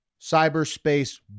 cyberspace